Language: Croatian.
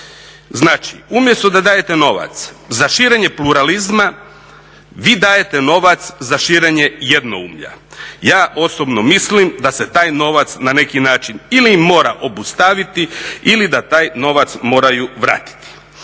Znači umjesto da dajete novac za širenje pluralizma, vi dajete novac za širenje jednoumlja. Ja osobno mislim da se taj novac na neki način ili mora obustaviti ili da taj novac moraju vratiti.